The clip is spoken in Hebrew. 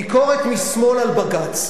ביקורת משמאל על בג"ץ,